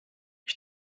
ich